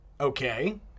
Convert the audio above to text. Okay